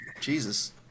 Jesus